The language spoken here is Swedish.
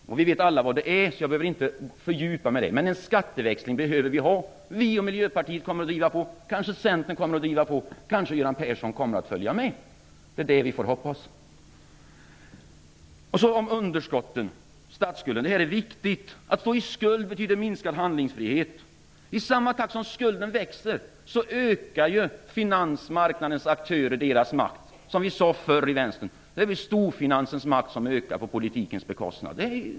Vi vet alla vad det är, så jag behöver inte fördjupa mig i det. En skatteväxling behöver vi alltså. Vi i Vänsterpartiet och Miljöpartiet och kanske också Centern kommer att driva på i den här frågan. Göran Persson kanske kommer att följa med. Vi får hoppas det. Så till frågan om underskotten och statsskulden - det här är viktigt! Att stå i skuld betyder minskad handlingsfrihet. I samma takt som skulden växer ökar ju finansmarknadens aktörer sin makt. Som vi sade förut i vänstern: Storfinansens makt ökar på politikens bekostnad.